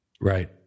Right